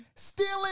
Stealing